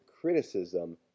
criticism